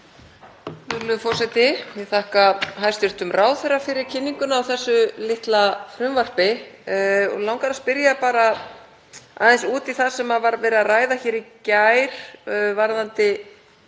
forseti. Ég þakka hæstv. ráðherra fyrir kynninguna á þessu litla frumvarpi. Mig langar að spyrja aðeins út í það sem var verið að ræða hér í gær varðandi